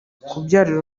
kubyarira